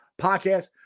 podcast